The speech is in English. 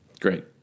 Great